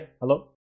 Hello